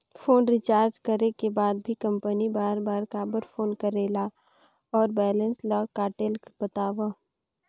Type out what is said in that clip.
Phone recharge करे कर बाद भी कंपनी बार बार काबर फोन करेला और बैलेंस ल काटेल बतावव?